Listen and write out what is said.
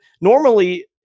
normally